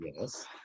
Yes